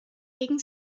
regen